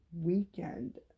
weekend